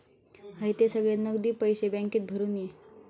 हयते सगळे नगदी पैशे बॅन्केत भरून ये